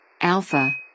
Alpha